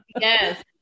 yes